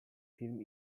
film